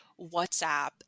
WhatsApp